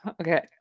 Okay